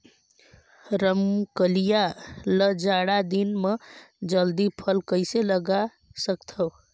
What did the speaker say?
रमकलिया ल जाड़ा दिन म जल्दी फल कइसे लगा सकथव?